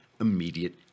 immediate